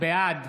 בעד